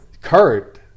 Kurt